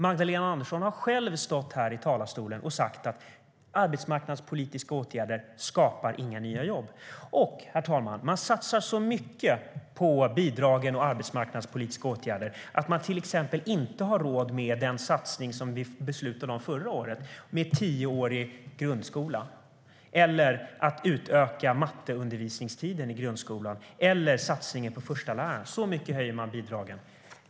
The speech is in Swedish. Magdalena Andersson har stått i talarstolen och själv sagt att arbetsmarknadspolitiska åtgärder inte skapar några nya jobb. Man satsar, herr talman, så mycket på bidrag och på arbetsmarknadspolitiska åtgärder att man till exempel inte har råd med de satsningar som vi beslutade om förra året, nämligen tioårig grundskola eller att utöka undervisningstiden för matte i grundskolan eller att göra satsningen på förstalärare. Så mycket höjer man bidragen.